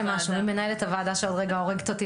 ממנהלת הוועדה שעוד רגע הורגת אותי,